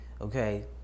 Okay